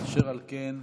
אשר על כן,